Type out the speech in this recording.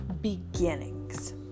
beginnings